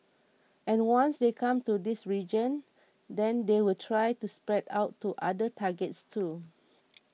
and once they come to this region then they will try to spread out to other targets too